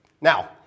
Now